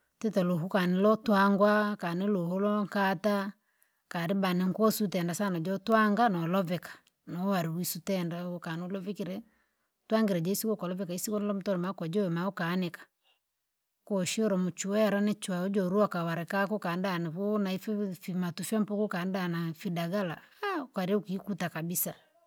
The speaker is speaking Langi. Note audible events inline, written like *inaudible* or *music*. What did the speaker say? Tite luhu ukanilo twangwa kaniluhulo rwankata, kaliba na nkosu utenda sana jotwanga noloveka. No ware wusu tenda ukanolovikire, twangire jisu okoloveka isiku lamtondo ma kuju ma ukaanika, kushula muchwera nichwa uju lua kavarika kaware kako ukaandaa navuu naifivu ifimatu fyampuku ukaandaa na fidagaa *hesitation* ukarya ukikuta kabisa.